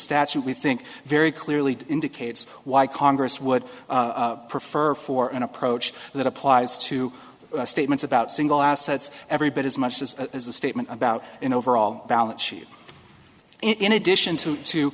we think very clearly indicates why congress would prefer for an approach that applies to statements about single assets every bit as much as the statement about an overall balance sheet in addition to